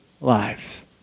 lives